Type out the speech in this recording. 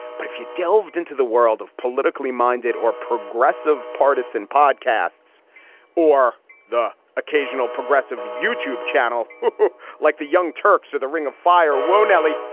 but if you delved into the world of politically minded or progressive partisan podcasts or the occasional progressive youtube channel like the young turks or the ring of fire, whoa, nelly.